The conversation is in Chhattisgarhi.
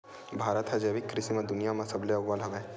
भारत हा जैविक कृषि मा दुनिया मा सबले अव्वल हवे